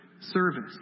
service